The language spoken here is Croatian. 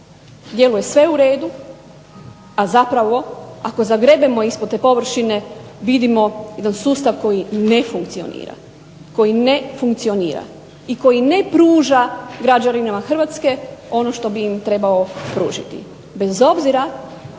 lijevo je sve u redu, a zapravo ako zagrebemo ispod te površine vidimo jedan sustav koji ne funkcionira i koji ne pruža građanima Hrvatske ono što bi im trebao pružiti. Bez obzira